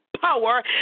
power